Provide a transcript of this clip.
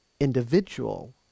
individual